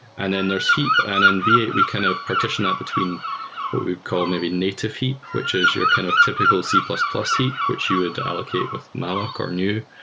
and then there's heap, and in v eight we kind of partitioned that between what we'd call maybe native heap, which is your kind of typical c plus plus heap which you would allocate with malloc or new.